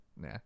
nah